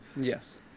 Yes